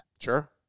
Sure